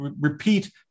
repeat